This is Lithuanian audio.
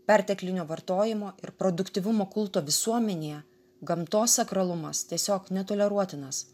perteklinio vartojimo ir produktyvumo kulto visuomenėje gamtos sakralumas tiesiog netoleruotinas